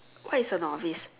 what is a novice